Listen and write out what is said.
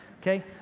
okay